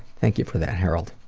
thank you for that, harold.